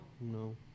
no